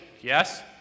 yes